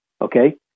okay